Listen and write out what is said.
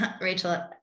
Rachel